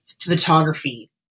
photography